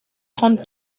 trente